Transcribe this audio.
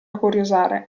curiosare